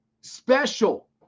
special